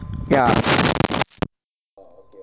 ya